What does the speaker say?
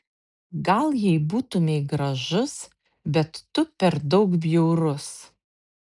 gal jei būtumei gražus bet tu per daug bjaurus